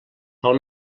pel